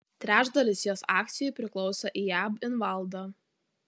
trečdalis jos akcijų priklauso iab invalda